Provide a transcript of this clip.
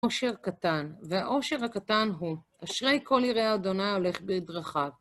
עושר קטן, והעושר הקטן הוא, אשרי כל ירא ה' ההולך בדרכיו.